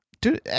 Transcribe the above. dude